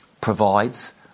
provides